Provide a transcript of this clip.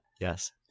Yes